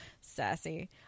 Sassy